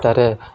ଏଠାରେ